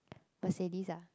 Mercedes ah